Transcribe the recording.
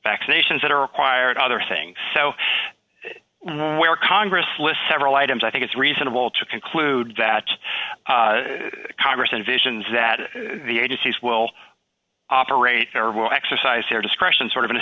vaccinations that are required other things so where congress list several items i think it's reasonable to conclude that congress envisions that the agencies will operate there will exercise their discretion sort of in a